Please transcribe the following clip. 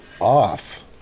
off